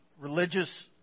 religious